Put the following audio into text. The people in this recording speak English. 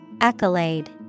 Accolade